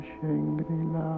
Shangri-La